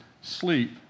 sleep